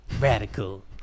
Radical